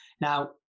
Now